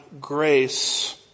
grace